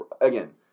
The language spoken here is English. again